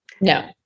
No